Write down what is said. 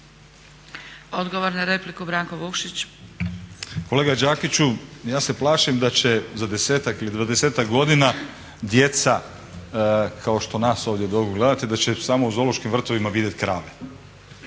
Vukšić. **Vukšić, Branko (Nezavisni)** Kolega Đakiću, ja se plašim da će za 10-ak ili 20-ak godina djeca kao što nas ovdje … gledate, da će samo u zoološkim vrtovima vidjet krave,